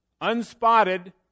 unspotted